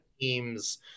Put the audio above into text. teams